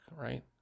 right